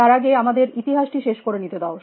তার আগে আমাদের ইতিহাসটি শেষ করে নিতে দাও